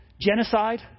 genocide